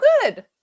good